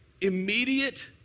immediate